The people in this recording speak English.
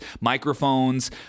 microphones